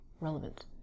relevant